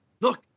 Look